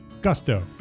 Gusto